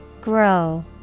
Grow